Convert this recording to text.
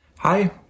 Hi